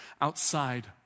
outside